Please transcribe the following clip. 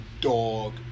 dog